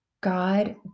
God